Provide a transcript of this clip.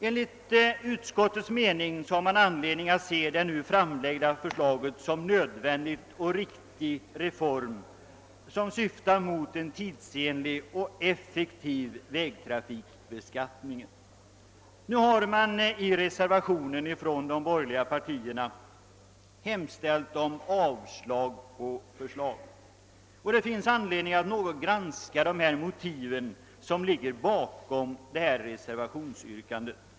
Enligt utskottets mening har man anledning att betrakta förslaget som en ny och riktig reform som syftar till en tidsenlig och effektiv vägtrafikbeskattning. I reservationen från de borgerliga partierna har hemställts om avslag på förslaget. Det finns anledning att något granska de motiv som ligger bakom reservationsyrkandet.